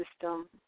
system